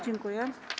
Dziękuję.